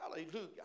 hallelujah